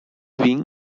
wing